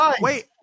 Wait